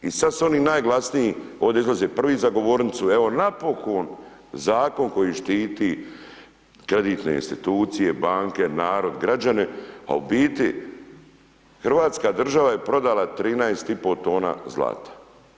I sad su oni najglasniji ovdje izlaze prvi za govornicu, evo napokon zakon koji štiti kreditne institucije, banke, narod, građane, a u biti, hrvatska država je prodala 13,5 tona zlata.